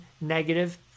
negative